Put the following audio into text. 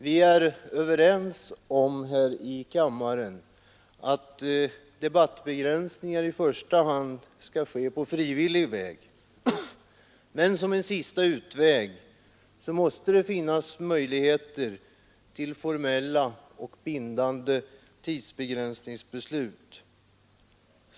Vi är här i kammaren överens om att debattbegränsningar i första hand skall göras på frivillig väg, men som en sista utväg måste det finnas möjligheter till formella och bindande tidsbegränsningsbeslut.